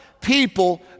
people